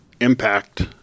impact